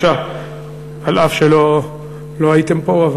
זה אף שלא הייתם פה.